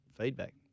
feedback